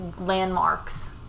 landmarks